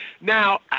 Now